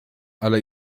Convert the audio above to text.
ale